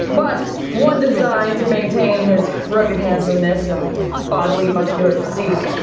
but one designed to maintain his rugged handsomeness and oddly muscular physique.